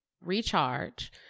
recharge